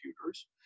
computers